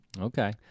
Okay